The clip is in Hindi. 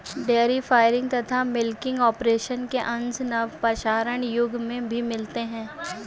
डेयरी फार्मिंग तथा मिलकिंग ऑपरेशन के अंश नवपाषाण युग में भी मिलते हैं